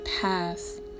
pass